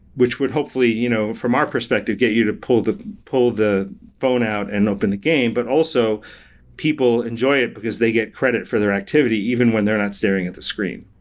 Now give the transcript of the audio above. which would hopefully, you know from our perspective, get you to pull the pull the phone out and open the game. but also people enjoy it because they get credit for their activity even when they're not staring at the screen.